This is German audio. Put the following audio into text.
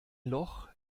loch